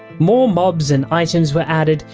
more mobs and items were added,